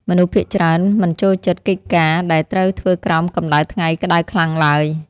មនុស្សភាគច្រើនមិនចូលចិត្តកិច្ចការដែលត្រូវធ្វើក្រោមកម្តៅថ្ងៃក្តៅខ្លាំងឡើយ។